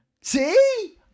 See